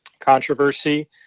controversy